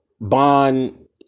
Bond